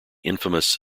infamous